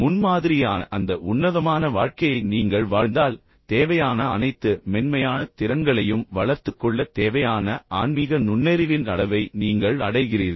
முன்மாதிரியான அந்த உன்னதமான வாழ்க்கையை நீங்கள் வாழ்ந்தால் தேவையான அனைத்து மென்மையான திறன்களையும் வளர்த்துக் கொள்ளத் தேவையான ஆன்மீக நுண்ணறிவின் அளவை நீங்கள் அடைகிறீர்கள்